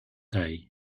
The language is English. day